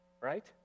Right